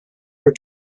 were